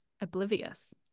oblivious